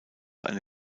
eine